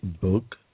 book